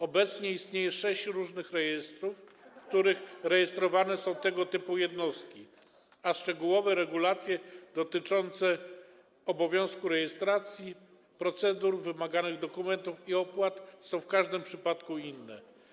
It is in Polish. Obecnie istnieje sześć różnych rejestrów, w których rejestrowane są tego typu jednostki, a szczegółowe regulacje dotyczące obowiązku rejestracji, procedur, wymaganych dokumentów i opłat są w każdym przypadku inne.